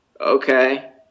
Okay